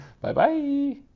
Bye-bye